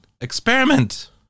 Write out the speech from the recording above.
experiment